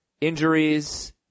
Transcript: injuries